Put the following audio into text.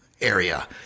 area